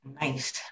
Nice